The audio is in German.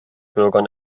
bürgern